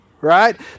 right